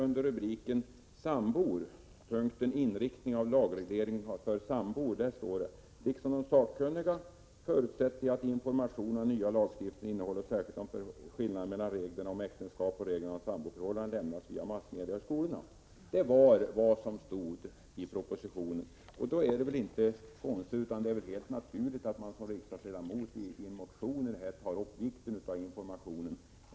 Längre fram i propositionen står under punkten Inriktningen av en lagreglering för sambor: ”Liksom de sakkunniga ——-— förutsätter jag att information om den nya lagstiftningens innehåll, och särskilt om skillnaderna mellan reglerna om äktenskap och reglerna om sambo-förhållanden, lämnas via massmedia och i skolorna.” — Detta är allt som står om information i propositionen. Då är det väl helt naturligt att man som riksdagsledamot i en motion tar upp vikten av information.